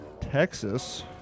Texas